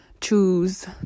choose